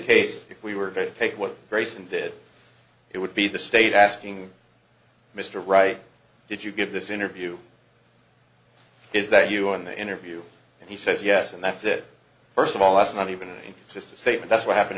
case if we were going to take what grayson did it would be the state asking mr wright did you give this interview is that you in the interview and he says yes and that's it first of all it's not even just a statement that's what happened